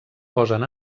posen